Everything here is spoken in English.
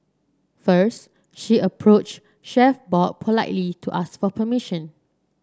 first she approached Chef Bob politely to ask for permission